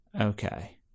Okay